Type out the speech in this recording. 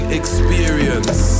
experience